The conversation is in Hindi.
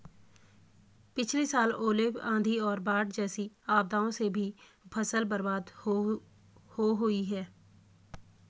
पिछली साल ओले, आंधी और बाढ़ जैसी आपदाओं से भी फसल बर्बाद हो हुई थी